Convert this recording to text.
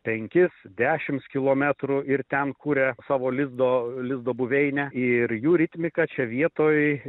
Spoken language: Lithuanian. penkis dešims kilometrų ir ten kuria savo lizdo lizdo buveinę ir jų ritmika čia vietoj